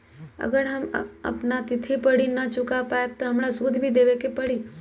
अगर हम अपना तिथि पर ऋण न चुका पायेबे त हमरा सूद भी देबे के परि?